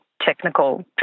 technical